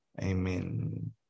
Amen